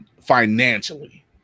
financially